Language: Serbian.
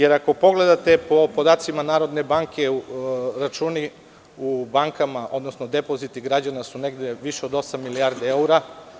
Ako pogledate po podacima Narodne banke, računi u bankama, odnosno depoziti građana su negde više od osam milijardi evra.